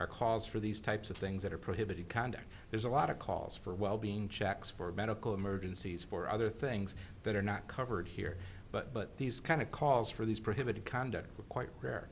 are calls for these types of things that are prohibited conduct there's a lot of calls for well being checks for medical emergencies for other things that are not covered here but but these kind of calls for these prohibited conduct quite rare